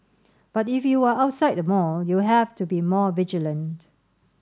but if you are outside the mall you have to be more vigilant